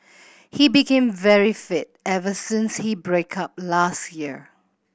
he became very fit ever since he break up last year